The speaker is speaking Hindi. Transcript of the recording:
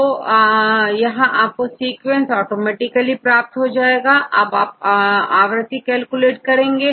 तो यहां आपको सीक्वेंस ऑटोमेटिकली प्राप्त हो जाएंगे अब आप आवृत्ति कैलकुलेट करेंगे